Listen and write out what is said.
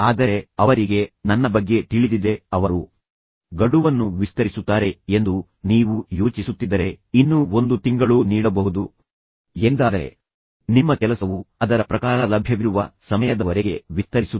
ಆದರೆ ಅವರಿಗೆ ನನ್ನ ಬಗ್ಗೆ ತಿಳಿದಿದೆ ಅವರು ಗಡುವನ್ನು ವಿಸ್ತರಿಸುತ್ತಾರೆ ಎಂದು ನೀವು ಯೋಚಿಸುತ್ತಿದ್ದರೆ ಇನ್ನೂ 15 ದಿನಗಳನ್ನು ನೀಡಬಹುದು ಇನ್ನೂ 1 ತಿಂಗಳು ನೀಡಬಹುದು ಎಂದಾದರೆ ನಂತರ ನಿಮ್ಮ ಕೆಲಸವು ಅದರ ಪ್ರಕಾರ ಲಭ್ಯವಿರುವ ಸಮಯದವರೆಗೆ ವಿಸ್ತರಿಸುತ್ತದೆ